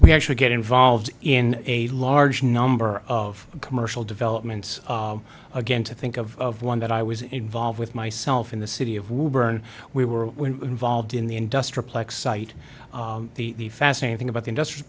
we actually get involved in a large number of commercial developments again to think of one that i was involved with myself in the city of woodburn we were involved in the industrial plex site the fascinating thing about the industr